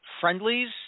friendlies